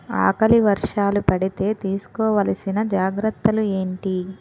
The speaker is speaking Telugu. ఆకలి వర్షాలు పడితే తీస్కో వలసిన జాగ్రత్తలు ఏంటి?